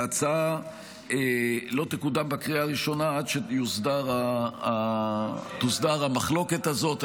ההצעה לא תקודם בקריאה ראשונה עד שתוסדר המחלוקת הזאת.